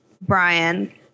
Brian